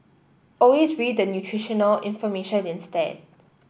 always read the nutritional information instead